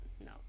No